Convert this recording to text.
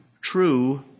true